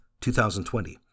2020